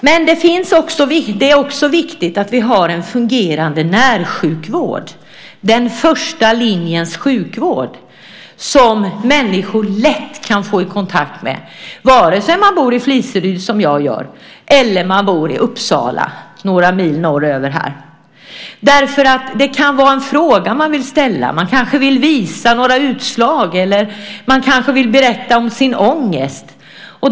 Men det är också viktigt att vi har en fungerande närsjukvård, den första linjens sjukvård, som människor lätt kan få kontakt med, vare sig man bor i Fliseryd, som jag gör, eller i Uppsala, några mil norröver härifrån. Det kan vara en fråga man vill ställa. Man kanske vill visa några utslag eller man kanske vill berätta om sin ångest.